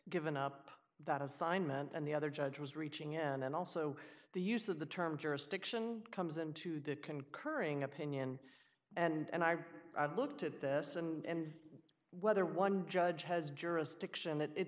given up that assignment and the other judge was reaching in and also the use of the term jurisdiction comes into the concurring opinion and i looked at this and whether one judge has jurisdiction